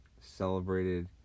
celebrated